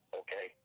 okay